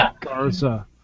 Garza